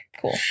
cool